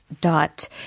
dot